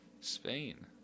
Spain